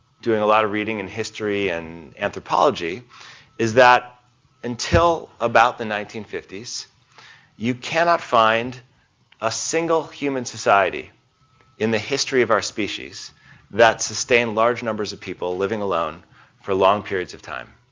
doing a lot of reading in history and anthropology is that until about the nineteen fifty s you cannot find a single human society in the history of our species that sustained large numbers of people living alone for long periods of time.